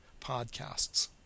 podcasts